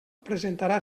presentarà